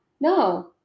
No